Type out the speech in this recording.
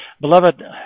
Beloved